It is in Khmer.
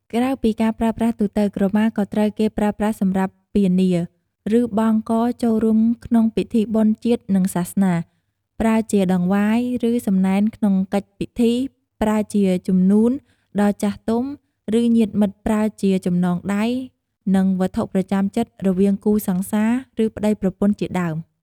ក្រៅពីការប្រើប្រាស់ទូទៅ ក្រមា ក៏ត្រូវគេប្រើប្រាស់សម្រាប់ពានា ឬបង់កចូលរួមក្នុងពិធីបុណ្យជាតិនិងសាសនា, ប្រើជាតង្វាយ ឬសំណែនក្នុងកិច្ចពិធី, ប្រើជាជំនូនដល់ចាស់ទុំ ឬញាតិមិត្តប្រើជាចំណងដៃ និងវត្ថុប្រចាំចិត្តរវាងគូសង្សារ ឬប្តីប្រពន្ធជាដើម។